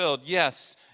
yes